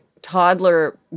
toddler